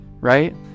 right